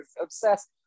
obsessed